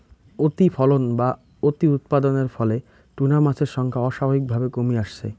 অতিফলন বা অতিউৎপাদনের ফলে টুনা মাছের সংখ্যা অস্বাভাবিকভাবে কমি আসছে